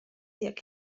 jak